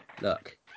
look